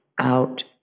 out